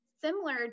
Similar